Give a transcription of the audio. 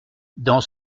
dans